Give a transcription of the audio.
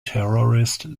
terrorist